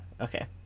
okay